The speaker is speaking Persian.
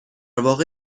واقع